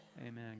Amen